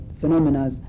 phenomena